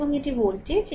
এবং এটি ভোল্টেজ